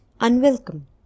unwelcome